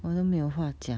我都没有话讲